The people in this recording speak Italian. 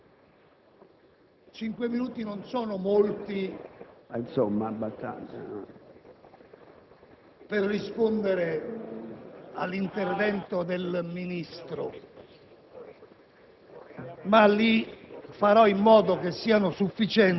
Presidente, cinque minuti non sono molti per rispondere all'intervento del Ministro,